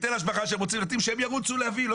היטל השבחה שהם רוצים שהם ירוצו להביא ולא